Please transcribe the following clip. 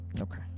Okay